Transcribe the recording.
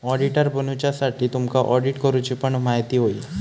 auditor बनुच्यासाठी तुमका audit करूची पण म्हायती होई